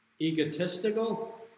egotistical